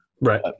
Right